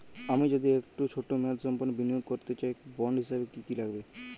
আমি যদি একটু ছোট মেয়াদসম্পন্ন বিনিয়োগ করতে চাই বন্ড হিসেবে কী কী লাগবে?